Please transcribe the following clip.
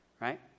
Right